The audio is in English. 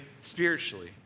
spiritually